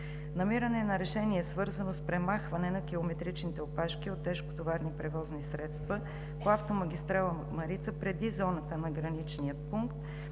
Намиране на решение, свързано с премахване на километричните опашки от тежкотоварни превозни средства по автомагистрала „Марица“ преди зоната на Граничния пункт